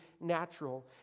natural